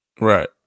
Right